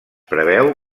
preveu